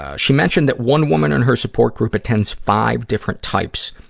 ah she mentioned that one woman in her support group attends five different types,